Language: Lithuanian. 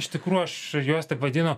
iš tikrųjų aš juos taip vadinu